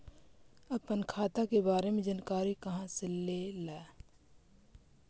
अपन खाता के बारे मे जानकारी कहा से ल?